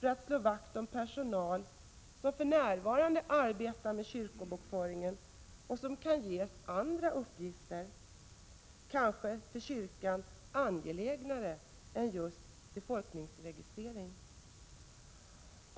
för att slå vakt om personal som för närvarande arbetar med kyrkobokföringen och som kan ges andra uppgifter — kanske för kyrkan angelägnare uppgifter än just befolkningsregistrering.